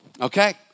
okay